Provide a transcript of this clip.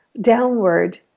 downward